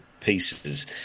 pieces